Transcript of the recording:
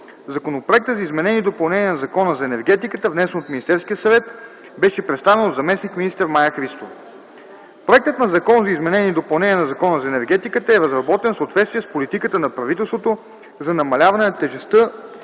Законопроектът за изменение и допълнение на Закона за енергетиката, внесен от Министерския съвет беше представен от заместник-министър Мая Христова. Проектът на Закон за изменение и допълнение на Закона за енергетиката е разработен в съответствие с политиката на правителството за намаляване на тежестта